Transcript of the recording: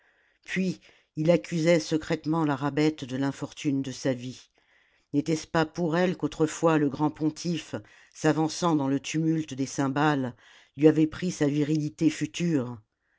puis il accusait secrètement la rabbet de l'infortune de sa vie n'était-ce pas pour elle qu'autrefois le grand pontife s'avançant dans le tumulte des cymbales lui avait pris sa virilité future